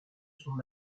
son